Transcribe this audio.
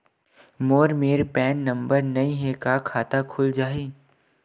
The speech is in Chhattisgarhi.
मोर मेर पैन नंबर नई हे का खाता खुल जाही?